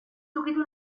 ukitu